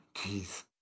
Jeez